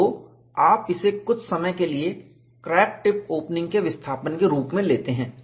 तो आप इसे कुछ समय के लिए क्रैक टिप ओपनिंग के विस्थापन के रूप में लेते हैं